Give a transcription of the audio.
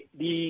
di